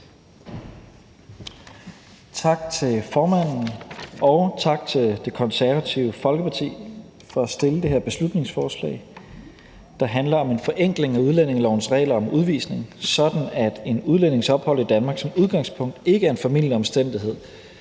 Tak til formanden, og tak til Det Konservative Folkeparti for at fremsætte det her beslutningsforslag, der handler om forenkling af udlændingelovens regler om udvisning, så en udlændings ophold i Danmark som udgangspunkt ikke er en formidlende omstændighed